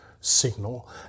signal